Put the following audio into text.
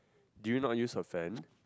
do you not use your fan